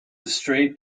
straight